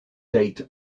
date